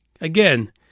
again